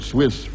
Swiss